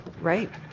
Right